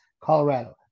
Colorado